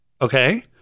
Okay